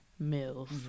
Mills